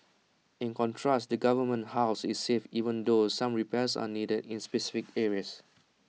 in contrast the government's house is safe even though some repairs are needed in specific areas